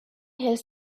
his